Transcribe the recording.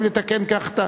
הכנסת.